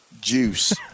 juice